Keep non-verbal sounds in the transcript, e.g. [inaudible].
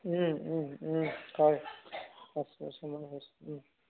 হয় আছে [unintelligible]